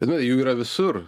nu jų yra visur